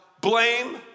blame